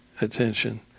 attention